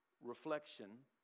reflection